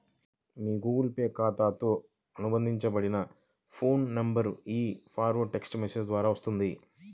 మీ Google Pay ఖాతాతో అనుబంధించబడిన phone నంబర్కు ఈ పాస్వర్డ్ టెక్ట్స్ మెసేజ్ ద్వారా వస్తుంది